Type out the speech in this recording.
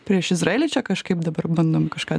prieš izraelį čia kažkaip dabar bandom kažką